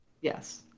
Yes